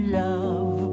love